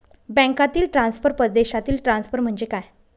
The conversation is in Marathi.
बँकांतील ट्रान्सफर, परदेशातील ट्रान्सफर म्हणजे काय?